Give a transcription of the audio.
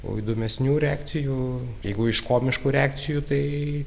o įdomesnių reakcijų jeigu iš komiškų reakcijų tai